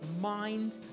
mind